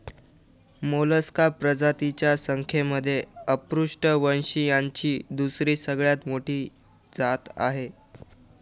Mollusca प्रजातींच्या संख्येमध्ये अपृष्ठवंशीयांची दुसरी सगळ्यात मोठी जात आहे